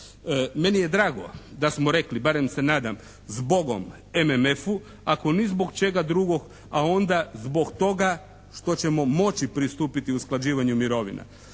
Meni je drago da smo rekli, barem se nadam zbogom MMF-u, ako ni zbog čega drugog a onda zbog toga što ćemo moći pristupiti usklađivanju mirovina.